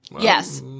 Yes